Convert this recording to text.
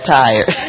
tired